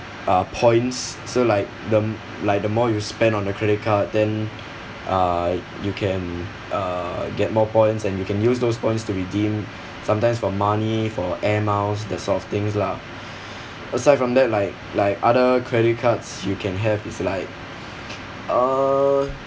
uh points so like the m~ like the more you spend on the credit card then uh you can uh get more points and you can use those points to redeem sometimes for money for air miles that sort of things lah aside from that like like other credit cards you can have is like uh